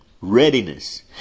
readiness